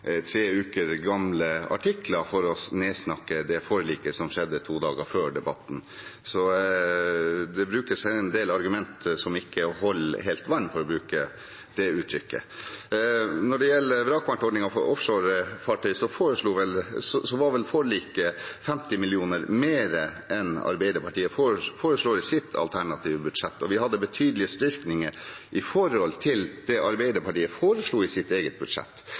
tre uker gamle artikler for å nedsnakke forliket som skjedde to dager før debatten. Det brukes en del argumenter som ikke helt holder vann, for å bruke det uttrykket. Når det gjelder vrakpantordningen for offshorefartøy, var forliket på 50 mill. kr mer enn det Arbeiderpartiet foreslo i sitt alternative budsjett, og vi hadde betydelige styrkinger i forhold til det Arbeiderpartiet foreslo i sitt budsjett.